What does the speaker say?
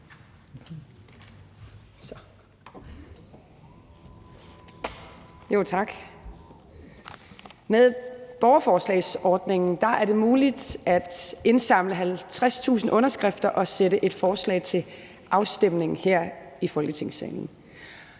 Med borgerforslagsordningen er det muligt at indsamle 50.000 underskrifter og sætte et forslag til afstemning her i Folketingssalen.